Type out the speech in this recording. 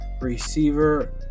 receiver